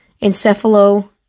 Encephalo